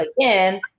again